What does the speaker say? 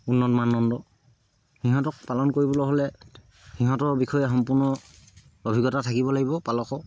উন্নত মানদণ্ড সিহঁতক পালন কৰিবলৈ হ'লে সিহঁতৰ বিষয়ে সম্পূৰ্ণ অভিজ্ঞতা থাকিব লাগিব পালকৰ